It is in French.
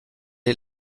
est